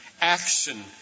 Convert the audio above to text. action